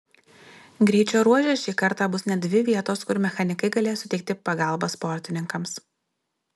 greičio ruože šį kartą bus net dvi vietos kur mechanikai galės suteikti pagalbą sportininkams